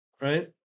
right